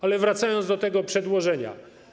Ale wracam do tego przedłożenia.